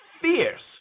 fierce